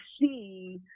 see